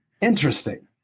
Interesting